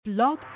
Blog